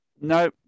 No